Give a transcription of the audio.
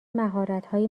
مهارتهایی